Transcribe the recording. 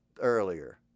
earlier